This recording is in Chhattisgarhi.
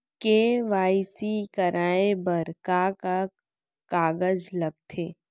के.वाई.सी कराये बर का का कागज लागथे?